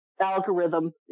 algorithm